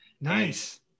nice